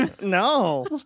No